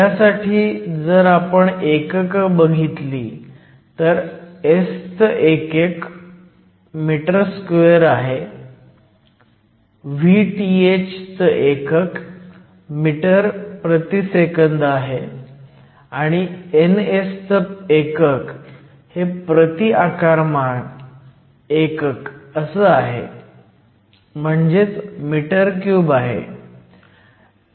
ह्यासाठी जर आपण एकक बघितली तर S चं एकक m2 आहे Vth चं एकक m s 1 आहे आणि Ns चं एकक हे प्रति आकारमान एकक असं आहे म्हणजेच m3 आहे